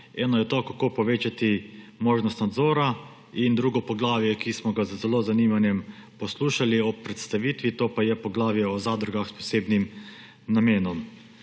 Eno je, kako povečati možnost nadzora, in drugo poglavje, ki smo ga z velikim zanimanjem poslušali ob predstavitvi, to pa je poglavje o zadrugah s posebnim namenom.